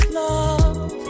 love